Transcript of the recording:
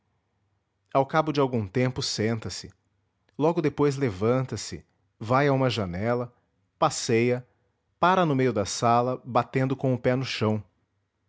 e estremece ao cabo de algum tempo senta-se logo depois levanta-se vai a uma janela passeia pára no meio da sala batendo com o pé no chão